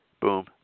Boom